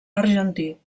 argentí